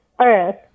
earth